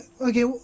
Okay